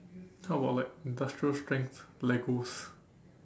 how about like industrial strength legos